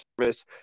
service